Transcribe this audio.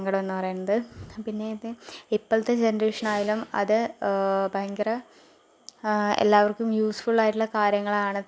സങ്കടം എന്ന് പറയുന്നത് പിന്നീട് ഇപ്പോഴത്തെ ജനറേഷൻ ആയാലും അത് ഭയങ്കര എല്ലാവർക്കും യൂസ്ഫുൾ ആയിട്ടുള്ള കാര്യങ്ങളാണ്